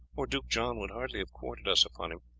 or duke john would hardly have quartered us upon him.